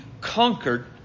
conquered